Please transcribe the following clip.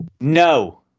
No